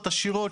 עשירות,